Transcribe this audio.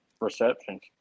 receptions